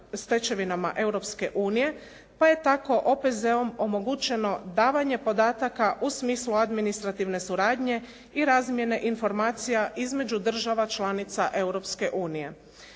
unije, pa je tako OPZ-om omogućeno davanje podataka u smislu administrativne suradnje i razmjene informacija između država članica